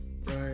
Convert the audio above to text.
right